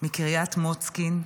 מקריית מוצקין,